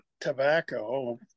tobacco